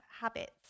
habits